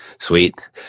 Sweet